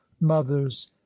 mothers